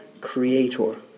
creator